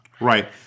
Right